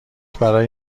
برای